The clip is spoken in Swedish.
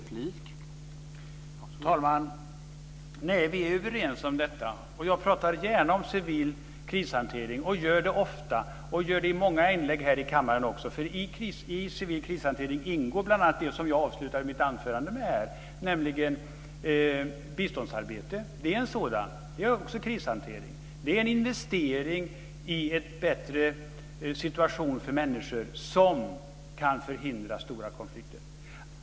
Herr talman! Vi är överens om detta. Jag pratar gärna om civil krishantering, och jag gör det ofta, också i många inlägg här i kammaren. I civil krishantering ingår bl.a. det som jag avslutade mitt anförande med, nämligen biståndsarbete. Det är också krishantering. Det är en investering i en bättre situation för människor som kan förhindra stora konflikter.